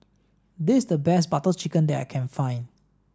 this is the best Butter Chicken that I can find